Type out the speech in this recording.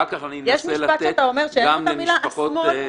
אתה לא צריך להתפרץ.